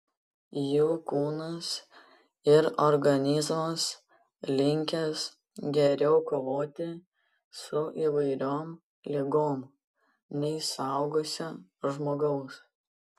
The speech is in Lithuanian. jų kūnas ir organizmas linkęs geriau kovoti su įvairiom ligom nei suaugusio žmogaus